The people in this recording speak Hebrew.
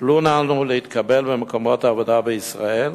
תנו לנו להתקבל למקומות עבודה בישראל,